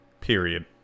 period